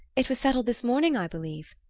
it was settled this morning, i believe.